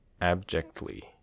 abjectly